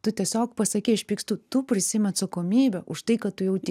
tu tiesiog pasakei aš pykstu tu prisiimi atsakomybę už tai ką tu jauti